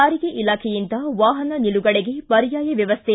ಸಾರಿಗೆ ಇಲಾಖೆಯಿಂದ ವಾಹನ ನಿಲುಗಡೆಗೆ ಪರ್ಯಾಯ ವ್ಕವಸ್ಠೆ